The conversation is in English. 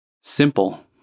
Simple